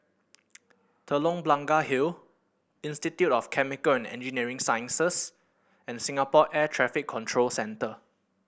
Telok Blangah Hill Institute of Chemical and Engineering Sciences and Singapore Air Traffic Control Center